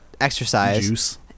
exercise